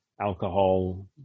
alcohol